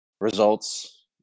results